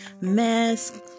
mask